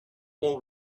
will